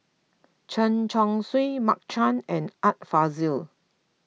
Chen Chong Swee Mark Chan and Art Fazil